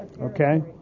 Okay